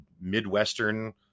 midwestern